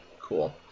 cool